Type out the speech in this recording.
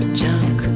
junk